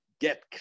get